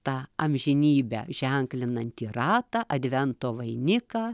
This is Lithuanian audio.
tą amžinybę ženklinantį ratą advento vainiką